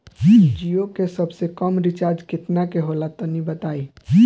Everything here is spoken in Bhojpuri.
जीओ के सबसे कम रिचार्ज केतना के होला तनि बताई?